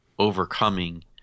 overcoming